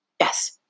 Yes